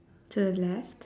to the left